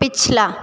पिछला